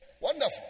Wonderful